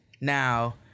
Now